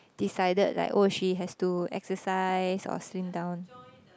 decided like oh she has to exercise or slim down